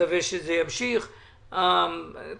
היום אתה